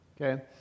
okay